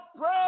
pray